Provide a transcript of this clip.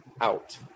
out